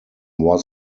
was